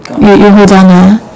y~ you hold on ah